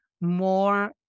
more